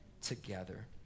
Together